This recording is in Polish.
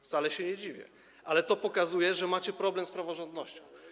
Wcale się nie dziwię, ale to pokazuje, że macie problem z praworządnością.